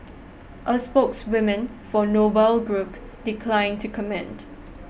a spokeswoman for Noble Group declined to comment